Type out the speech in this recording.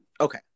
okay